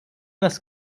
das